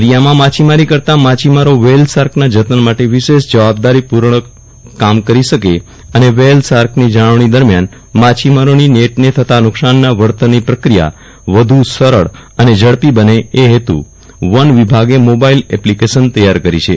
દૃરિયામાં માછીમારી કરતા માછીમારો વ્હેલ શાર્કના જતન માટે વિશેષ જવાબદારીપૂર્વક કામ કરી શકે અને વ્હેલ શાર્કની જાળવણી દરમિયાન માછીમારોની નેટને થતા નુકશાનના વળતરની પ્રક્રિયા વધુ સરળ અને ઝડપી બને એ હેતુ વન વિભાગે મોબાઇલ એપ્લીકેશન તૈયાર કરી છે